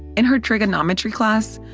in her trigonometry class,